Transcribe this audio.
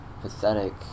pathetic